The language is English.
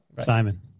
Simon